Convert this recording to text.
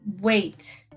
wait